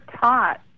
taught